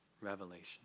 Revelation